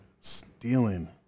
stealing